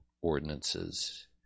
ordinances